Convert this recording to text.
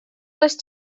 les